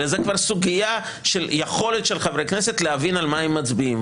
אלא זו כבר סוגיה של יכולת של חברי הכנסת להבין על מה מצביעים,